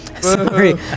Sorry